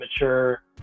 mature